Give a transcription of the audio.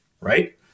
right